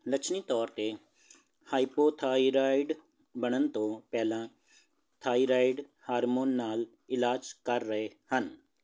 ਲੱਛਣੀ ਤੌਰ 'ਤੇ ਹਾਈਪੋਥਾਈਰਾਈਡ ਬਣਨ ਤੋਂ ਪਹਿਲਾਂ ਥਾਈਰਾਈਡ ਥਾਰਮੋ ਨਾਲ ਇਲਾਜ ਕਰ ਰਹੇ ਹਨ